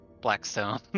Blackstone